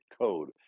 code